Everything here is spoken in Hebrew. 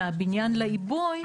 מהבניין לעיבוי,